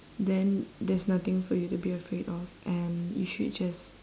then there's nothing for you to be afraid of and you should just